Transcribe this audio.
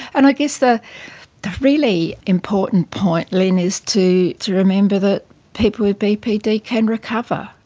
and i guess the the really important point, lynne, is to to remember that people with bpd can recover,